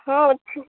ହଁ ଅଛି